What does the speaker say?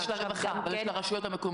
זה של הרווחה, אבל של הרשויות המקומיות?